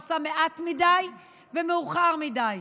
היא עושה מעט מדי ומאוחר מדי.